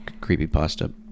creepypasta